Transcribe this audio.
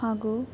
ಹಾಗೂ